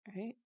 Right